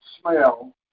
smell